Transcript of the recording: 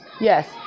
yes